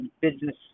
business